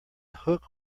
hook